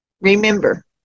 remember